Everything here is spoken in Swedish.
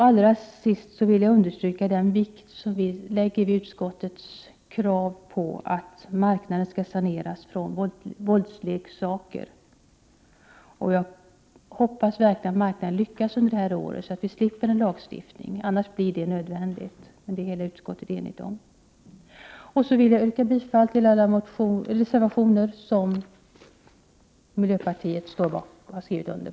Allra sist vill jag understryka den vikt som vi lägger vid utskottets krav på att marknaden skall saneras från våldsleksaker. Jag hoppas verkligen att marknaden lyckas det här året, så att vi slipper en lagstiftning. Om man inte lyckas med en egensanering är lagstiftning nödvändig — det är utskottet enigt om. Så vill jag yrka bifall till de reservationer som miljöpartiet har skrivit under.